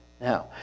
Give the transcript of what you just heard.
Now